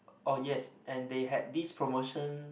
oh yes and they had this promotion